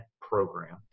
program